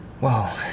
Wow